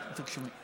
תקשיב לי,